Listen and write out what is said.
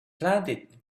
planted